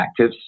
actives